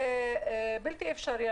זה בלתי אפשרי.